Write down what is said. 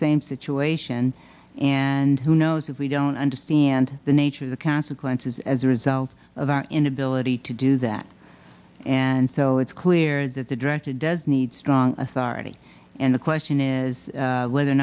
same situation and who knows if we don't understand the nature of the consequences as a result of our inability to do that and so it's clear that the director does need strong authority and the question is whether or